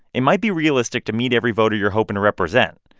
it might be realistic to meet every voter you're hoping to represent,